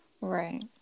right